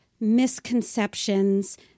misconceptions